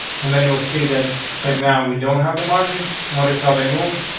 and then you will see that right now we don't have the margin notice how they moved.